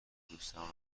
دوستانم